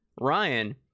ryan